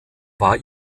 war